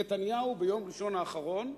נתניהו, ביום ראשון האחרון,